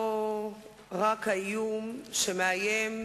ואומר לו: יא אבא,